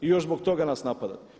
I još zbog toga nas napadati.